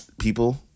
people